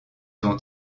ont